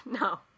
No